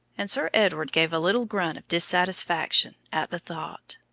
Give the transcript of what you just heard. and sir edward gave a little grunt of dissatisfaction at the thought.